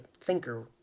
thinker